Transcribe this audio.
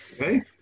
Okay